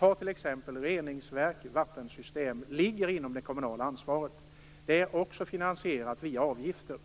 T.ex. reningsverk och vattensystem ligger inom det kommunala ansvaret och finansieras via avgifter.